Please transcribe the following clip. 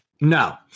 No